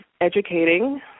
educating